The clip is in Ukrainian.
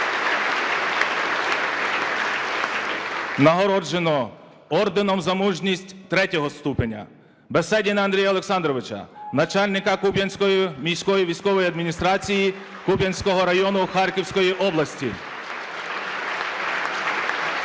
Нагороджено орденом "За мужність" III ступеня Беседіна Андрія Олександровича, начальника Куп'янської міської військової адміністрації Куп'янського району Харківської області. (Оплески)